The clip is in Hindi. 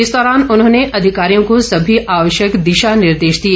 इस दौरान उन्होंने अधिकारियों को सभी आवश्यक दिशा निर्देश दिए